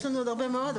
יש לנו עוד הרבה מאוד.